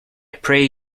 pray